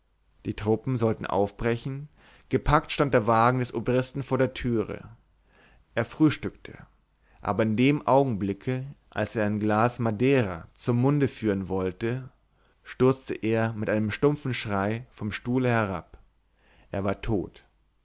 die truppen sollten aufbrechen gepackt stand der wagen des obristen vor der türe er frühstückte aber in dem augenblicke als er ein glas madera zum munde fuhren wollte stürzte er mit einem dumpfen schrei vom stuhle herab er war tot